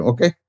Okay